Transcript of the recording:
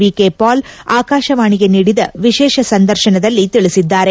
V K Paul ಆಕಾಶವಾಣಿಗೆ ನೀಡಿದ ವಿಶೇಷ ಸಂದರ್ಶನದಲ್ಲಿ ತಿಳಿಸಿದ್ದಾರೆ